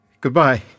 Goodbye